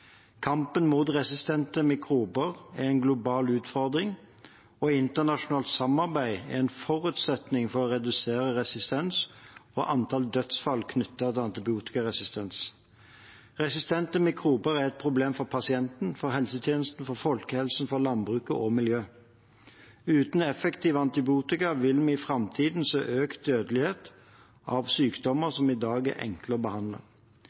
Kampen mot resistente mikrober er en global utfordring, og internasjonalt samarbeid er en forutsetning for å redusere resistens og antall dødsfall knyttet til antibiotikaresistens. Resistente mikrober er et problem for pasientene, for helsetjenesten, for folkehelsen, for landbruket og miljøet. Uten effektive antibiotika vil vi i framtiden se økt dødelighet av sykdommer som i dag er enkle å behandle.